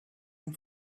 and